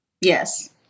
Yes